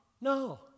No